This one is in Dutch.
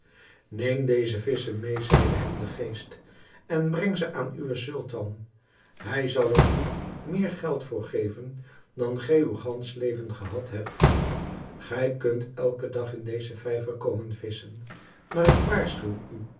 neem deze visschen meê zeide hem de geest en breng ze aan uwen sultan hij zal er u meer geld voor geven dan gij uw gansch leven gehad hebt gij kunt elken dag in dezen vijver komen visschen maar ik waarschuw